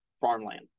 farmland